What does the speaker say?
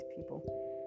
people